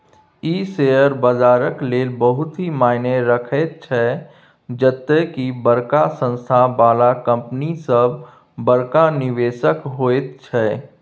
ई share बजारक लेल बहुत ही मायना रखैत छै जते की बड़का संस्था बला कंपनी सब बड़का निवेशक होइत छै